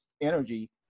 energy